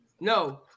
no